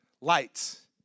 lights